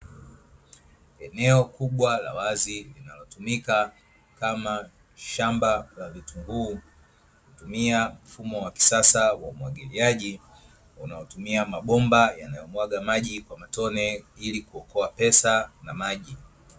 Eneo kubwa la wazi linalotumika kama shamba la vitunguu, hutumia mfumo wa kisasa wa umwagiliaji unaotumia mabomba yanayomwaga maji kwa matone ili kuokoa pesa na maji.